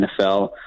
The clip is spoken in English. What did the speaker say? NFL